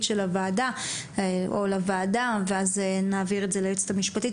של הוועדה או לוועדה ואז נעביר זאת ליועצת המשפטית,